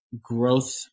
growth